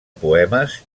poemes